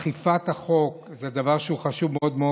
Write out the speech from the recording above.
אכיפת החוק זה דבר שהוא חשוב מאוד,